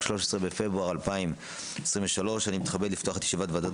13 בפברואר 2023. אני מתכבד לפתוח את ישיבת ועדת